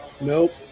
Nope